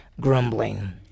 grumbling